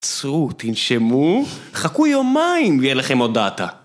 עצרו, תנשמו, חכו יומיים ויהיה לכם עוד דאטה